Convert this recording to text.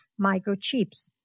microchips